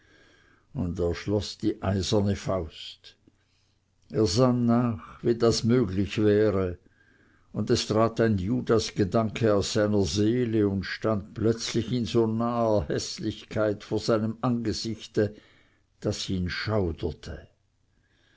und er schloß die eiserne faust er sann nach wie das möglich wäre und es trat ein judasgedanke aus seiner seele und stand plötzlich in so naher häßlichkeit vor seinem angesichte daß ihn